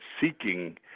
seeking